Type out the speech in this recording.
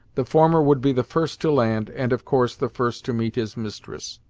the former would be the first to land, and of course, the first to meet his mistress.